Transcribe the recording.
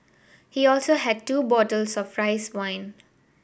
he also had two bottles of rice wine